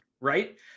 right